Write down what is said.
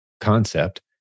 concept